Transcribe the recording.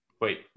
wait